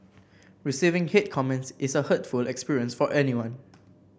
receiving hate comments is a hurtful experience for anyone